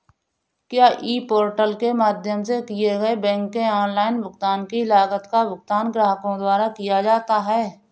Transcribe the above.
क्या e portal के माध्यम से किए गए बैंक के ऑनलाइन भुगतान की लागत का भुगतान ग्राहकों द्वारा किया जाता है?